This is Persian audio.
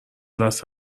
دست